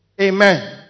Amen